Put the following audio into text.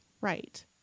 right